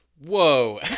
Whoa